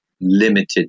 limited